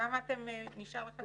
כמה נשאר לכם להשקיע במחלקה?